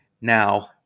Now